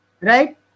right